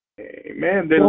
Amen